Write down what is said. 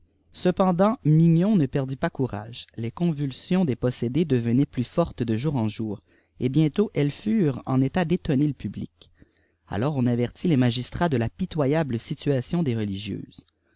cependant mignon ne perdit pas courage les convulsions des possédées devenaient plus fortes de jour en jour et bientôt elles furent en état d'étonner le public alors on avertit les magistrats de la pitoyable situation des religieuses